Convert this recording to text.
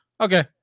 okay